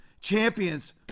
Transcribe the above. champions